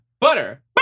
Butter